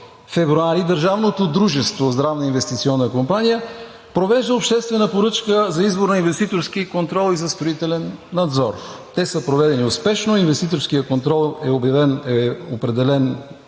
Държавното дружество „Здравна инвестиционна компания“ провежда обществена поръчка за избор на инвеститорски контрол и за строителен надзор. Те са проведени успешно. Инвеститорският контрол е предоставен